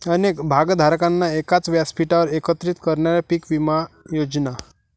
अनेक भागधारकांना एकाच व्यासपीठावर एकत्रित करणाऱ्या पीक विमा योजना